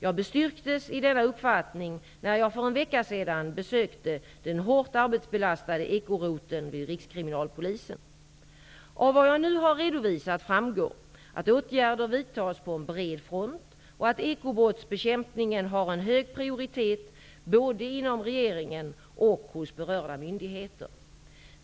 Jag bestyrktes i denna uppfattning när jag för en vecka sedan besökte den hårt arbetsbelastade ekoroteln vid Av vad jag nu har redovisat framgår att åtgärder vidtas på en bred front och att ekobrottsbekämpningen har en hög prioritet både inom regeringen och hos berörda myndigheter.